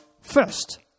First